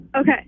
Okay